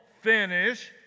finish